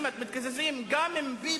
עם כל